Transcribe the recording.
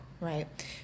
Right